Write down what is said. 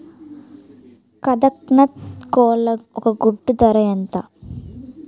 కదక్నత్ కోళ్ల ఒక గుడ్డు ధర ఎంత?